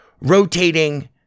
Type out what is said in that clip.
rotating